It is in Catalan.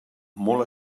molt